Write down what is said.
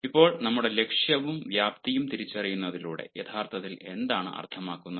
ഇപ്പോൾ നമ്മുടെ ലക്ഷ്യവും വ്യാപ്തിയും തിരിച്ചറിയുന്നതിലൂടെ യഥാർത്ഥത്തിൽ എന്താണ് അർത്ഥമാക്കുന്നത്